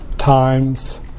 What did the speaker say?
Times